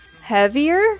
heavier